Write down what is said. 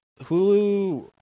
Hulu